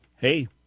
Hey